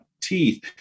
teeth